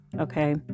Okay